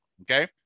okay